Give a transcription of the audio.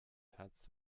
herz